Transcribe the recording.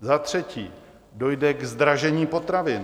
Za třetí dojde k zdražení potravin.